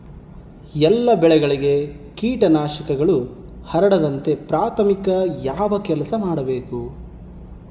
ಎಲ್ಲ ಬೆಳೆಗಳಿಗೆ ಕೇಟನಾಶಕಗಳು ಹರಡದಂತೆ ಪ್ರಾಥಮಿಕ ಯಾವ ಕೆಲಸ ಮಾಡಬೇಕು?